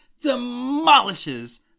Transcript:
demolishes